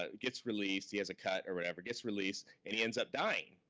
ah gets released, he has a cut or whatever, gets released and he ends up dying.